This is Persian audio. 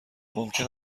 ممکن